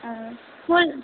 ஆ school